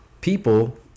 people